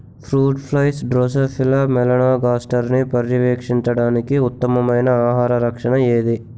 Fruit flies drosophila మెలనోగాస్టర్ని పర్యవేక్షించడానికి ఉత్తమమైన ఆహార ఆకర్షణ ఏది?